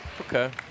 Okay